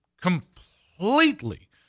completely